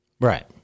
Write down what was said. Right